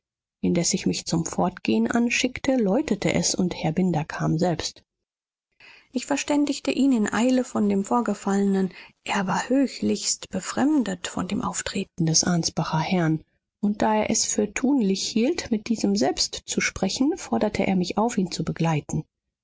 indes ich mich zum fortgehen anschickte läutete es und herr binder kam selbst ich verständigte ihn in eile von dem vorgefallenen er war höchlichst befremdet von dem auftreten des ansbacher herrn und da er es für tunlich hielt mit diesem selbst zu sprechen forderte er mich auf ihn zu begleiten